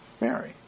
Mary